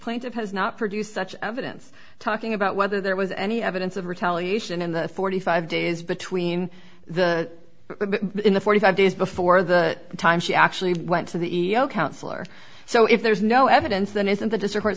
plaintiff has not produced such evidence talking about whether there was any evidence of retaliation in the forty five days between the in the forty five days before the time she actually went to the counselor so if there's no evidence then isn't th